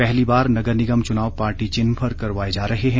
पहली बार नगर निगम चुनाव पार्टी चिन्ह पर करवाए जा रहे हैं